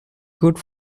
good